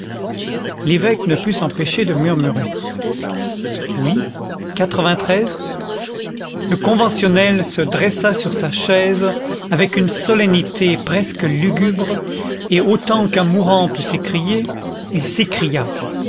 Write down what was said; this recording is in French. l'évêque ne put s'empêcher de murmurer oui le conventionnel se dressa sur sa chaise avec une solennité presque lugubre et autant qu'un mourant peut s'écrier il s'écria